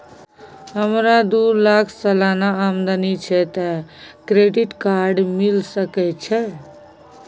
हमरा दू लाख सालाना आमदनी छै त क्रेडिट कार्ड मिल सके छै?